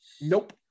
Nope